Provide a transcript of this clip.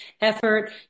effort